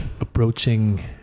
approaching